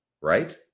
right